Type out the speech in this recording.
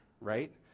right